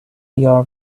your